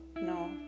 No